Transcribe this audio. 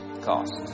cost